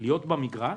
להיות במגרש,